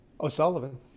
O'Sullivan